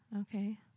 Okay